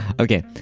Okay